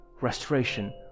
restoration